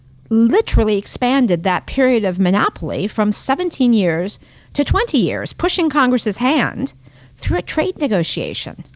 literally expanded that period of monopoly from seventeen years to twenty years, pushing congress' hand through a trade negotiation.